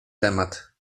temat